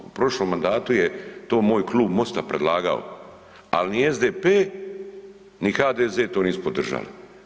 prošlom mandatu je to moj Klub MOST-a predlagao, al ni SDP, ni HDZ to nisu podržali.